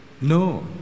No